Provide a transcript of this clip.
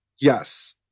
yes